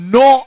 no